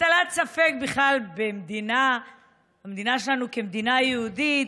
הטלת ספק בכלל במדינה שלנו כמדינה יהודית.